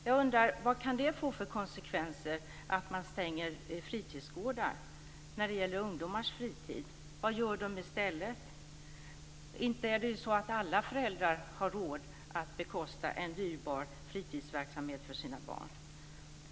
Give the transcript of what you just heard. Jag undrar vad det kan få för konsekvenser när det gäller ungdomars fritid att man stänger fritidsgårdar. Vad gör de i stället? Inte har alla föräldrar råd att bekosta en dyrbar fritidsverksamhet för sina barn.